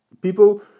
people